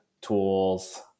tools